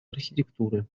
архитектуры